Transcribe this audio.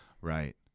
Right